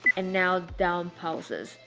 and now down pulses.